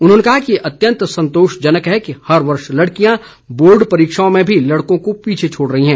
उन्होंने कहा कि यह अत्यंत संतोषजनक है कि हर वर्ष लड़कियां बोर्ड परीक्षाओं में भी लड़कों को पीछे छोड़ रही हैं